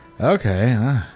okay